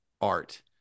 art